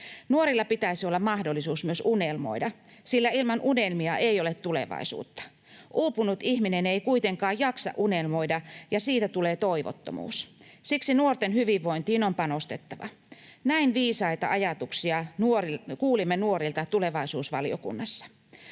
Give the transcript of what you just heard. Nuorilla pitäisi olla mahdollisuus myös unelmoida, sillä ilman unelmia ei ole tulevaisuutta. Uupunut ihminen ei kuitenkaan jaksa unelmoida, ja siitä tulee toivottomuus. Siksi nuorten hyvinvointiin on panostettava. Näin viisaita ajatuksia kuulimme nuorilta tulevaisuusvaliokunnassa.